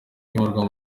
kwimurirwa